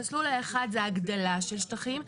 המסלול האחד זה ההגדלה של שטחים.